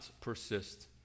persist